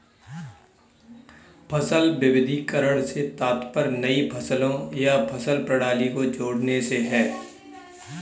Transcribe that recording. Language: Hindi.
फसल विविधीकरण से तात्पर्य नई फसलों या फसल प्रणाली को जोड़ने से है